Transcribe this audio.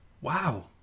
Wow